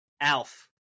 Alf